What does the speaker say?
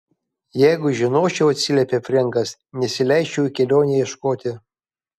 jeigu žinočiau atsiliepė frenkas nesileisčiau į kelionę ieškoti